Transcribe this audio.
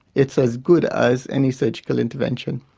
it's as good as any surgical intervention.